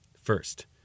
First